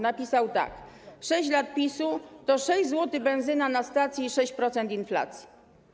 Napisał tak: 6 lat PiS-u to 6 zł za benzynę na stacji i 6% inflacji.